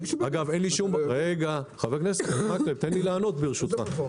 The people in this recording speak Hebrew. איזה רפורמים --- תן לי לענות, ברשותך.